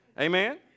Amen